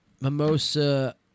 Mimosa